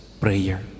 prayer